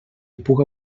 puga